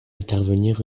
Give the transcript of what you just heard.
intervenir